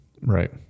right